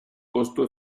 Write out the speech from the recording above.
costo